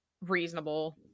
reasonable